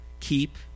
keep